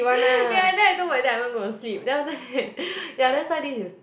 ya and then I told my dad I'm not gonna sleep then after that ya that's why this is